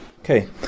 Okay